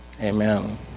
amen